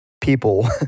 people